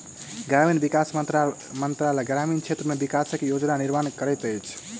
ग्रामीण विकास मंत्रालय ग्रामीण क्षेत्र के विकासक योजना निर्माण करैत अछि